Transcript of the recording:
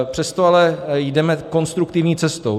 Přesto ale jdeme konstruktivní cestou.